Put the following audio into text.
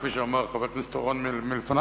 כפי שאמר חבר הכנסת אורון לפני,